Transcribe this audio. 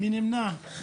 6 נמנעים,